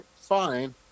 fine